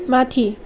माथि